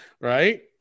right